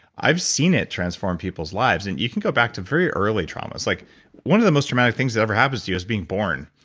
i've seen it transform people's lives. and you can go back to very early traumas. like one of the most traumatic things that ever happens to you is being born.